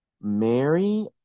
Mary